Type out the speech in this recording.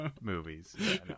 movies